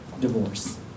divorce